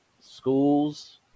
schools